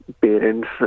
parents